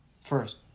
first